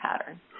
pattern